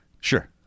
Sure